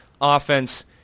offense